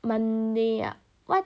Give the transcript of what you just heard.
monday ah